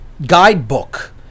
Guidebook